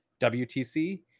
wtc